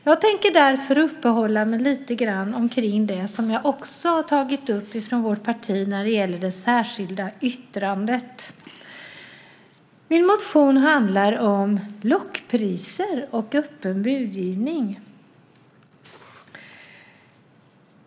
Jag tänker därför uppehålla mig lite grann vid det som jag har tagit upp från vårt parti när det gäller det särskilda yttrandet. Min motion handlar om lockpriser och öppen budgivning.